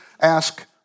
ask